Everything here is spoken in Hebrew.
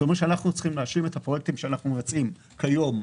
זה אומר שאנחנו צריכים להשלים את הפרויקטים שאנחנו מבצעים כיום.